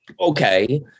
okay